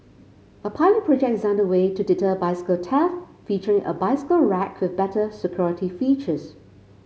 a pilot project is under way to deter bicycle theft featuring a bicycle rack with better security features